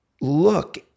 look